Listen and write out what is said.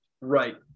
Right